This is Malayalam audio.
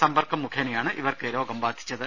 സമ്പർക്കം മുഖേനയാണ് ഇവർക്ക് രോഗം ബാധിച്ചത്